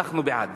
אנחנו בעד,